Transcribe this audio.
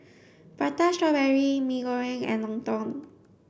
Prata strawberry Mee Goreng and Lontong